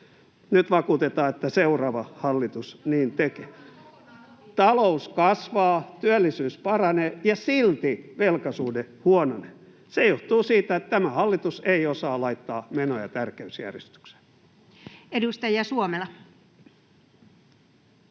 Lohikoski: Joko se korona on kokonaan ohi?] Talous kasvaa, työllisyys paranee, ja silti velkasuhde huononee. Se johtuu siitä, että tämä hallitus ei osaa laittaa menoja tärkeysjärjestykseen. Edustaja Suomela.